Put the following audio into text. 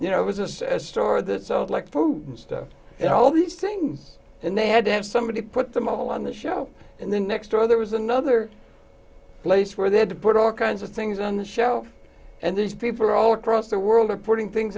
you know it was a store that sold like food and stuff and all these things and they had to have somebody put them all on the show and then next door there was another place where they had to put all kinds of things on the shelf and there's people all across the world are putting things